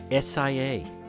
SIA